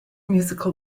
musical